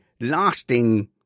lasting